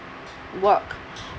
work